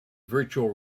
virtual